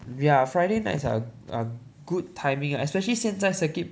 ya friday nights are are good timing especially 现在 circuit